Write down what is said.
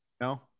No